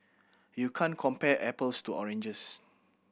you can't compare apples to oranges